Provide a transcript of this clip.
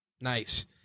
Nice